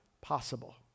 possible